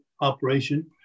operation